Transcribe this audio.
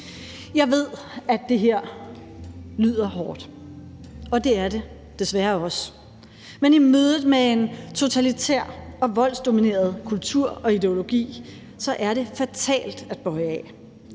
Jeg ved, at det her lyder hårdt, og det er det desværre også, men i mødet med en totalitær og voldsdomineret kultur og ideologi er det fatalt at bøje af.